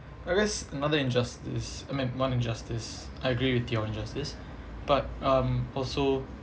I guess another injustice I mean one justice I agree with your injustice but um also